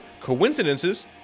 coincidences